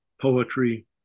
poetry